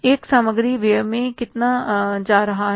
एक सामग्री व्यय में कितना जा रहा है